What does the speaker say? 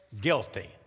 Guilty